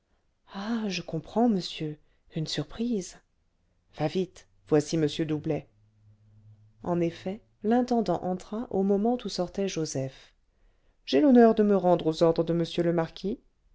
ah je comprends monsieur une surprise va vite voici m doublet en effet l'intendant entra au moment où sortait joseph j'ai l'honneur de me rendre aux ordres de m le marquis